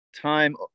time